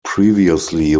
previously